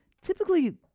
typically